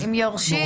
אם יש לו יורשים,